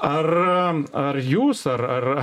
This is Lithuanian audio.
ar ar jūs ar ar